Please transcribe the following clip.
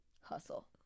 hustle